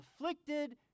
afflicted